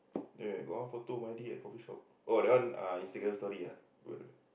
the got one photo Maidy at coffee shop oh that one uh Instagram story ah